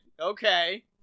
Okay